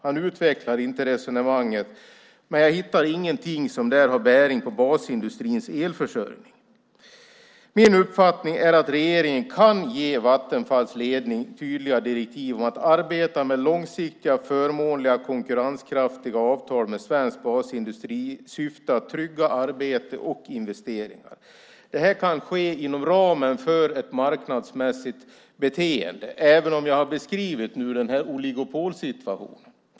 Han utvecklar inte resonemanget, men jag hittar ingenting där som har bäring på basindustrins elförsörjning. Min uppfattning är att regeringen kan ge Vattenfalls ledning tydliga direktiv om att arbeta med långsiktiga, förmånliga och konkurrenskraftiga avtal med svensk basindustri i syfte att trygga arbete och investeringar. Det här kan ske inom ramen för ett marknadsmässigt beteende, även om jag har beskrivit oligopolsituationen.